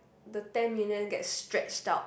the ten million get stretch out